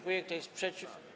Kto jest przeciw?